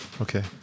Okay